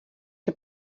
que